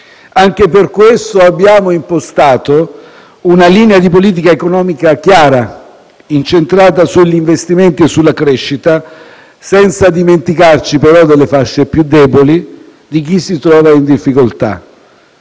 Anche per questo abbiamo impostato una linea di politica economica chiara, incentrata sugli investimenti e sulla crescita, senza dimenticarci però delle fasce più deboli e di chi si trova in difficoltà.